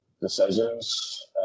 decisions